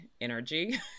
energy